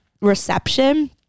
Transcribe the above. reception